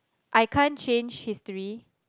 I can't change history